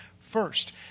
first